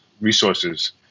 resources